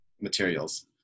materials